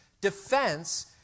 defense